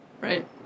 Right